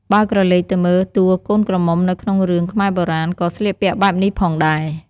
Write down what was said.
បើក្រឡេកទៅមើលតួកូនក្រមុំនៅក្នុងរឿងខ្មែរបុរាណក៏ស្លៀកពាក់បែបនេះផងដែរ។